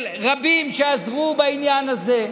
רבים עזרו בעניין הזה.